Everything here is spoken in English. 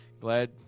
glad